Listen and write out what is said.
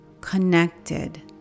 connected